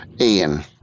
Ian